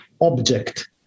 object